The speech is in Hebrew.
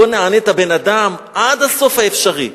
בוא נענה את הבן-אדם עד הסוף האפשרי.